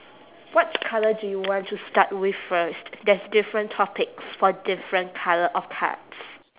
what colour do you want to start with first there's different topics for different colour of cards